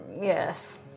yes